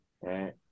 right